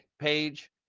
page